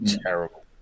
terrible